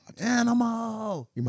Animal